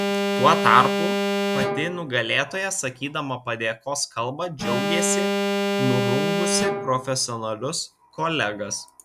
tuo tarpu pati nugalėtoja sakydama padėkos kalbą džiaugėsi nurungusi profesionalius kolegas